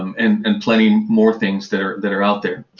um and and plenty more things that are that are out there.